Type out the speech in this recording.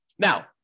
Now